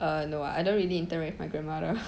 uh no I don't really interact with my grandmother